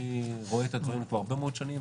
אני רואה את הדברים הרבה מאוד שנים,